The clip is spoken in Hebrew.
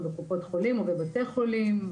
בקופות חולים או בבתי חולים.